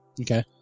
Okay